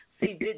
See